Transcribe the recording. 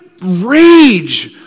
rage